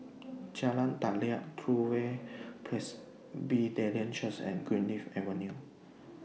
Jalan Daliah True Way Presbyterian Church and Greenleaf Avenue